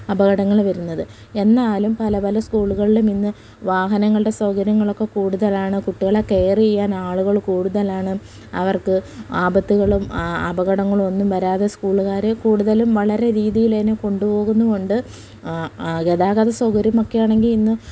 അപകടങ്ങൾ വരുന്നത് എന്നാലും പല പല സ്കൂളുകളിലും ഇന്ന് വാഹനങ്ങളുടെ സൗകര്യങ്ങളൊക്കെ കൂടുതലാണ് കുട്ടികളെ കെയർ ചെയ്യാൻ ആളുകൾ കൂടുതലാണ് അവർക്ക് ആപത്തുകളും അപകടങ്ങളും ഒന്നും വരാതെ സ്കൂളുകാരെ കൂടുതലും വളരെ രീതിയിൾ തന്നെ കൊണ്ടുപോകുന്നു കൊണ്ട് ഗതാഗത സൗകര്യമൊക്കെ ആണെങ്കിൽ ഇന്ന്